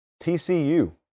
TCU